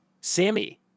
Sammy